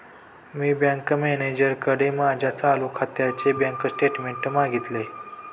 मी bank मॅनेजरकडे माझ्या चालू खात्याचे बँक स्टेटमेंट्स मागितले